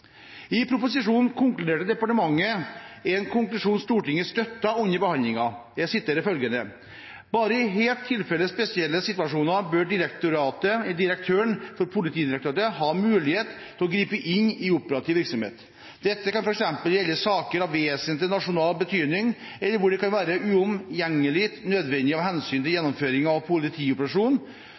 I proposisjonen konkluderte departementet, en konklusjon Stortinget støttet under behandlingen. Jeg siterer: «Bare i helt spesielle situasjoner bør direktøren for Politidirektoratet ha mulighet til å gripe inn i operativ virksomhet. Dette kan f.eks. gjelde saker av vesentlig, nasjonal betydning, eller hvor det kan være uomgjengelig nødvendig av hensyn til gjennomføring av